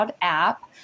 app